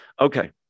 okay